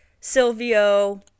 Silvio